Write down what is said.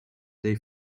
they